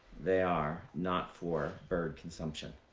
they are not for bird consumption.